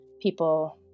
people